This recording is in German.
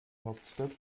hauptstadt